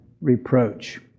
reproach